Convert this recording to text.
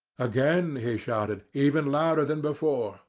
again he shouted, even louder than before,